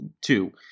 two